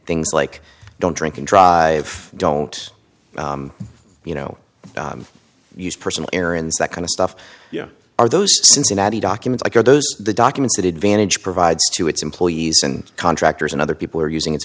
things like don't drink and drive don't you know use personal errands that kind of stuff are those cincinnati documents are those the documents that advantage provides to its employees and contractors and other people are using it